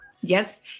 Yes